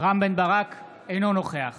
אינו נוכח